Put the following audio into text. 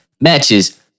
Matches